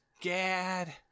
Gad